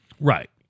Right